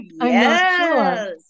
yes